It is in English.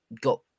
got